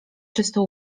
czysto